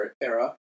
era